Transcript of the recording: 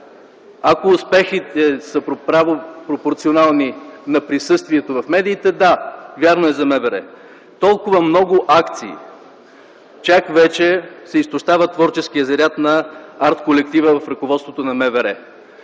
Ако успехите са правопропорционални на присъствието в медиите – да, вярно е за МВР. Толкова много акции, чак вече се изтощава творческият заряд на артколектива в ръководството на МВР.